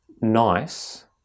nice